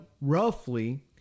roughly